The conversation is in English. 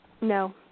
No